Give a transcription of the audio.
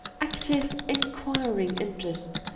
active, inquiring interest,